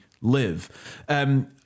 live